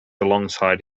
alongside